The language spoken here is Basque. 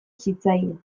zitzaien